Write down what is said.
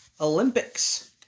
Olympics